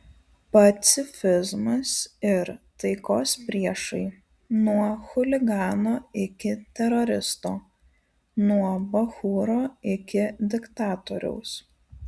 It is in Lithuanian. pacifizmas ir taikos priešai nuo chuligano iki teroristo nuo bachūro iki diktatoriaus